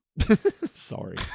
Sorry